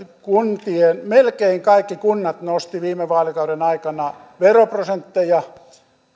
melkein kaikki kunnat nostivat viime vaalikauden aikana veroprosentteja